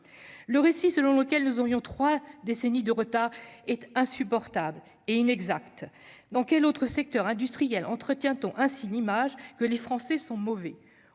le récit selon lequel nous aurions 3 décennies de retard et insupportable et inexact dans quel autre secteur industriel entretien ton ainsi l'image que les Français sont mauvais